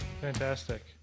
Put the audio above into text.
Fantastic